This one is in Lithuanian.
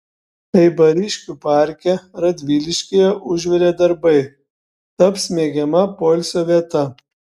eibariškių parke radviliškyje užvirė darbai taps mėgiama poilsio vieta